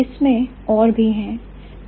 इसमें और भी हैं